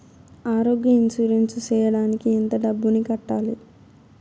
ఆరోగ్య ఇన్సూరెన్సు సేయడానికి ఎంత డబ్బుని కట్టాలి?